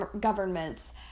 governments